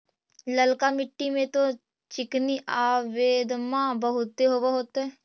ललका मिट्टी मे तो चिनिआबेदमां बहुते होब होतय?